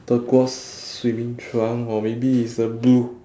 turquoise swimming trunk or maybe it's a blue